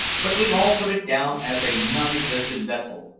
but we all put it down as a non-existent vessel,